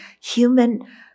human